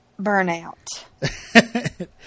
burnout